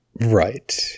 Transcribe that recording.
Right